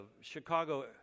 Chicago